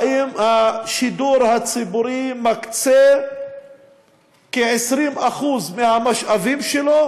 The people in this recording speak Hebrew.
האם השידור הציבורי מקצה כ-20% מהמשאבים שלו,